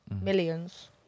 millions